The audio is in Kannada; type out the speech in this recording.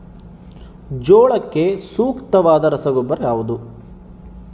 ಜೋಳಕ್ಕೆ ಸೂಕ್ತವಾದ ರಸಗೊಬ್ಬರ ಯಾವುದು?